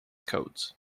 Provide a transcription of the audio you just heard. codes